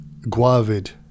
guavid